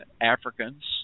Africans